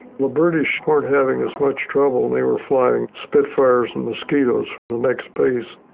the british weren't having as much trouble, and they. were flying spitfires and mosquitoes from the next base.